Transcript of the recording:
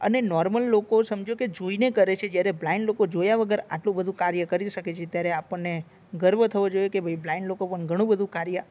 અને નોર્મલ લોકો સમજો કે જોઈને કરે છે જ્યારે બ્લાઇન્ડ લોકો જોયા વગર આટલું બધું કાર્ય કરી શકે છે ત્યારે આપણને ગર્વ થવો જોઈએ કે ભાઈ બ્લાઈન્ડ લોકો પણ ઘણું બધું કાર્ય